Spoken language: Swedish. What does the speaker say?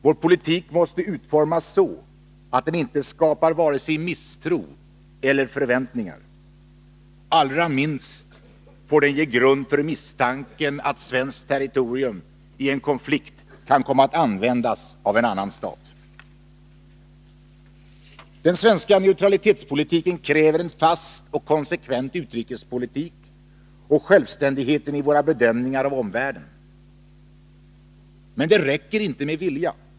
Vår politik måste utformas så att den inte skapar vare sig misstro eller förväntningar. Allra minst får den ge grund för misstanken att svenskt territorium i en konflikt kan komma att användas av en annan stat. Den svenska neutralitetspolitiken kräver en fast och konsekvent utrikespolitik och självständighet i våra bedömningar av omvärlden. Men det räcker inte med vilja.